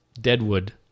deadwood